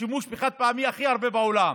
השימוש בחד-פעמי, הכי הרבה בעולם.